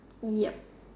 ya